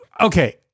Okay